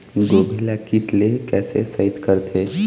गोभी ल कीट ले कैसे सइत करथे?